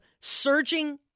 surging